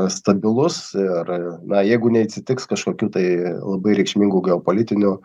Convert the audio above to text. stabilus ir na jeigu neatsitiks kažkokių tai labai reikšmingų geopolitinių